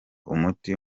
umuti